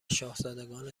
شاهزادگان